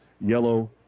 yellow